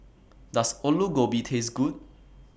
Does Aloo Gobi Taste Good